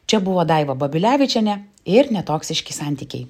čia buvo daiva babilevičienė ir netoksiški santykiai